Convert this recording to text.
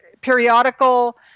periodical